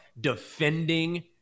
defending